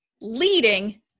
leading